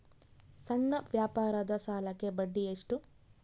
ಸಣ್ಣ ವ್ಯಾಪಾರದ ಸಾಲಕ್ಕೆ ಬಡ್ಡಿ ಎಷ್ಟು?